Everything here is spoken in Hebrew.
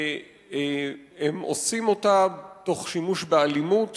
והם עושים אותה תוך שימוש באלימות